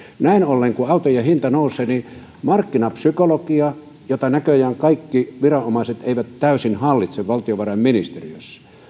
näin ollen kun autojen hinta nousee markkinapsykologia jota näköjään kaikki viranomaiset eivät täysin hallitse valtiovarainministeriössä